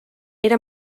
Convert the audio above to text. era